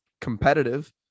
competitive